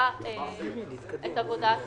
שמלווה את עבודת